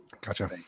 gotcha